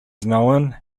known